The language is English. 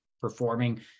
performing